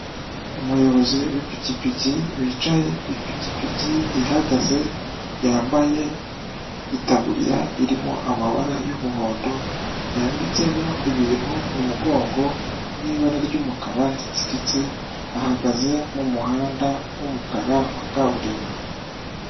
Umuyobozi w'ipikipiki wicaye ku ipikipiki ihagaze, yambaye itaburiya irimo amabara y'umuhondo yanditsemo ibintu mu mugongo n'ibara ry'umukara ritsiritse, ahagaze mu muhanda w'umukara wa kaburimbo.